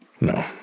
No